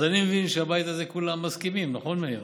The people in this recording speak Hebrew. אז אני מבין שהבית הזה, כולם מסכימים, נכון, מאיר?